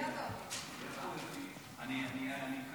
בהתאם לתקנון